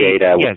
Yes